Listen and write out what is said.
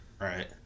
Right